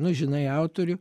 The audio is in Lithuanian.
nu žinai autorių